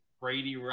Brady